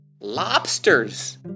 lobsters